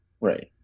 Right